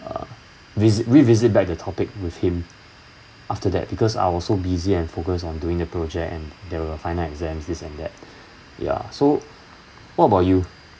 uh vis~ revisit back the topic with him after that because I was so busy and focused on doing the project and there were final exams this and that ya so what about you